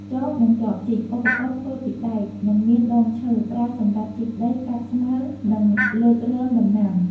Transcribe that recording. ចប និងចបជីក ឧបករណ៍ធ្វើពីដែក និងមានដងឈើ។ ប្រើសម្រាប់ជីកដី កាប់ស្មៅ និងលើករងដំណាំ។